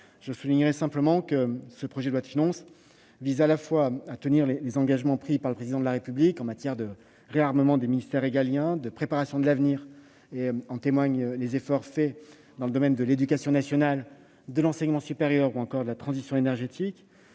Je soulignerai simplement que ce projet de loi de finances vise à tenir à la fois les engagements pris par le Président de la République en matière de réarmement des ministères régaliens et de préparation de l'avenir- en témoignent les efforts accomplis dans le domaine de l'éducation nationale, de l'enseignement supérieur ou encore de la transition énergétique